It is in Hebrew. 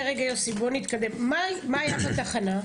מה היה בתחנה?